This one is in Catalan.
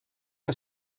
que